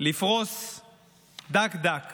לפרוס דק-דק